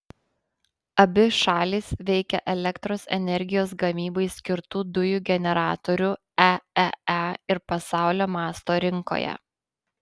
abi šalys veikia elektros energijos gamybai skirtų dujų generatorių eee ir pasaulio masto rinkoje